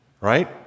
right